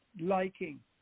liking